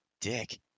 dick